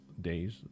days